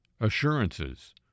assurances